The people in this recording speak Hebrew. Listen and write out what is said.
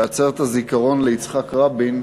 בעצרת הזיכרון ליצחק רבין,